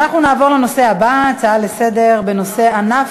אנחנו נעבור לנושא הבא, הצעה לסדר-היום בנושא ענף,